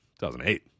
2008